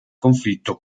conflitto